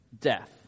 death